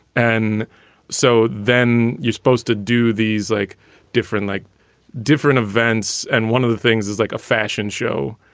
and so then you're supposed to do these like different like different events. and one of the things is like a fashion show.